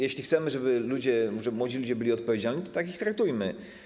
Jeśli chcemy, żeby młodzi ludzie byli odpowiedzialni, to tak ich traktujmy.